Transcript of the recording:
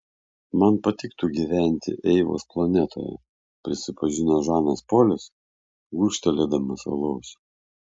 man patiktų gyventi eivos planetoje prisipažino žanas polis gurkštelėdamas alaus